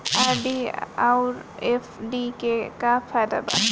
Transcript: RD आउर FD के का फायदा बा?